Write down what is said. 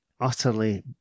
utterly